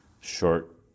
short